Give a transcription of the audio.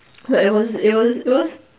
but it was it was it was